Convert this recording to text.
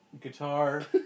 guitar